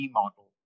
model